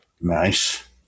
Nice